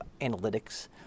analytics